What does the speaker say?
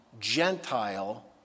Gentile